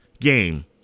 game